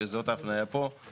שזאת ההפניה פה,